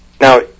Now